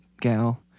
Gal